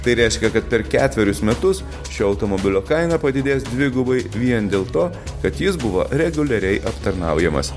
tai reiškia kad per ketverius metus šio automobilio kaina padidės dvigubai vien dėl to kad jis buvo reguliariai aptarnaujamas